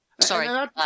Sorry